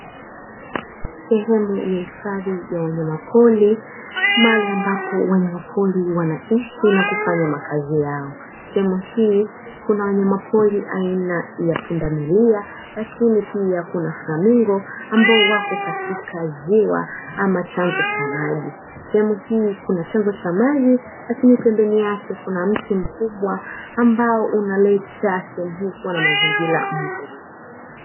Sehemu ya hifadhi ya wanyama pori, mahali ambapo wanyama pori wanaishi na kufanya makazi yao. Sehemu hii kuna wanyamapori aina ya pundamilia lakini pia kuna flamingo ambao wako katika ziwa ama chanzo cha maji. Sehemu hii kuna chanzo cha maji lakini pembeni yake kuna mti mkubwa ambao unaleta sehemu hii kuwa na mazingira mazuri.